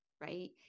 Right